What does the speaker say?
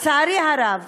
לצערי הרב,